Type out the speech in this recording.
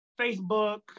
Facebook